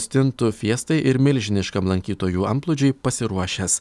stintų fiestai ir milžiniškam lankytojų antplūdžiui pasiruošęs